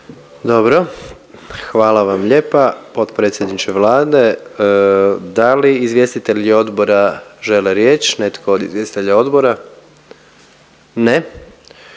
Dobro. Hvala vam lijepa potpredsjedniče Vlade. Da li izvjestitelji odbora žele riječ? Netko od izvjestitelja odbora? Ne.